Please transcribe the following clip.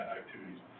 activities